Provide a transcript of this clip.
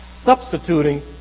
substituting